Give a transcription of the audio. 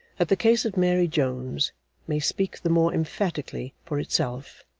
that the case of mary jones may speak the more emphatically for itself,